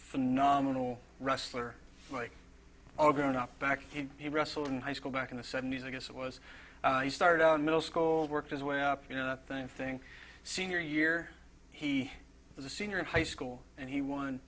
phenomenal wrestler like all grown up back he wrestled in high school back in the seventy's i guess it was started out middle school worked his way up you know thing thing senior year he was a senior in high school and he won